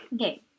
okay